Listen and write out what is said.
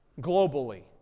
globally